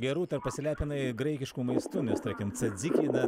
gerūta ar pasilepinai graikišku maistu nes tvarkim cadciki na